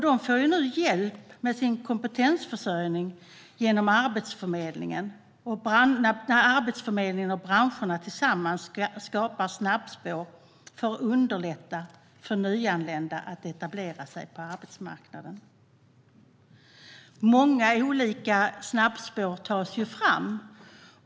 De får nu hjälp med sin kompetensförsörjning när Arbetsförmedlingen och branscherna tillsammans skapar snabbspår för att underlätta för nyanlända att etablera sig på arbetsmarknaden. Många olika snabbspår tas fram.